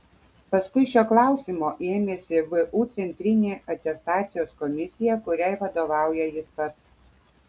paskui šio klausimo ėmėsi vu centrinė atestacijos komisija kuriai vadovauja jis pats